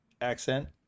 accent